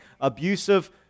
abusive